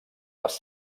les